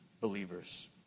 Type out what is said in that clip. believers